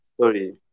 Sorry